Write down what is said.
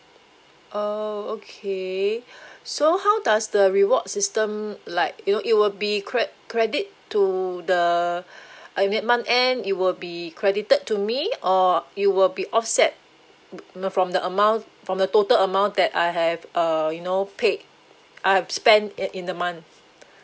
oh okay so how does the reward system like you know it will be cre~ credit to the uh at month end it will be credited to me or it will be offset from the amount from the total amount that I have uh you know paid I have spent in in the month